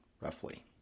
roughly